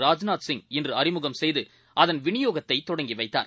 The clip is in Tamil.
ராஜ்நாத்சிங்இன்றுஅறிமுகம்செய்துஅதன்விநியோகத்தைத்தொடங்கிவைத் தார்